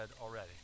already